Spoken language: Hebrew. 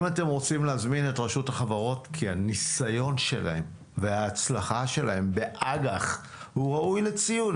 רשות החברות כי הניסיון שלהם וההצלחה שלהם באג"ח ראויים לציון,